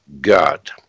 God